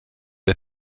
der